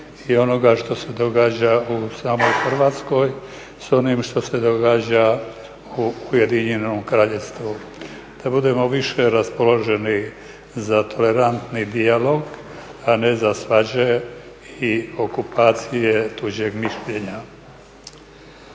i onoga što se događa u samoj Hrvatskoj s onim što se događa u Ujedinjenom Kraljevstvu, da budemo više raspoloženi za tolerantni dijalog a ne za svađe i okupacije tuđeg mišljenja.